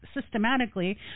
systematically